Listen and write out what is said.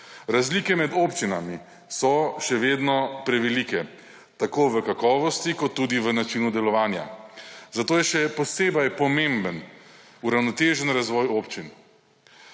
Razlike med občinami so še vedno prevelike, tako v kakovosti kot tudi v načinu delovanja. Zato je še posebej pomemben uravnotežen razvoj občin.